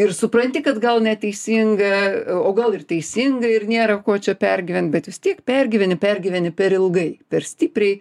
ir supranti kad gal neteisinga o o gal ir teisinga ir nėra ko čia pergyvent bet vis tiek pergyveni pergyveni per ilgai per stipriai